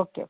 okay okay